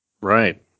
Right